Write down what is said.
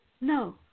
No